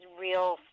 real